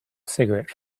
cigarette